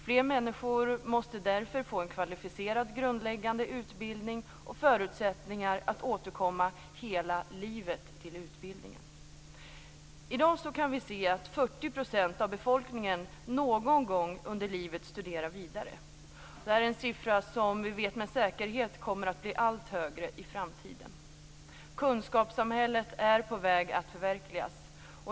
Fler människor måste därför få en kvalificerad grundläggande utbildning och förutsättningar att återkomma hela livet till utbildningen. I dag kan vi se att 40 % av befolkningen någon gång under livet studerar vidare. Detta är en siffra som vi med säkerhet vet kommer att bli allt högre i framtiden. Kunskapssamhället är på väg att förverkligas.